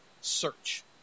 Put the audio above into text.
search